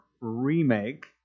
remake